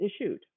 issued